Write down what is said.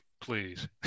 please